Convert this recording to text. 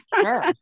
Sure